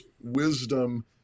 wisdom